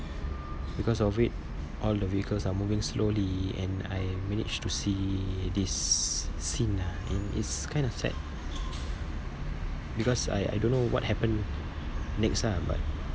because of it all the vehicles are moving slowly and I managed to see this scene lah it is kind of sad because I I don't know what happen next ah but